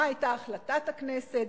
מה היתה החלטת הכנסת.